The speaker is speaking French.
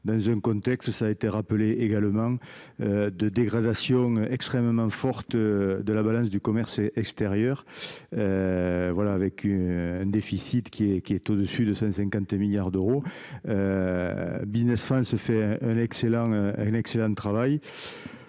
dans un contexte, ça a été rappelé également de dégradation extrêmement forte de la balance du commerce et extérieur, voilà, avec un déficit qui est qui est au-dessus de 150 milliards d'euros Business se fait l'excellent :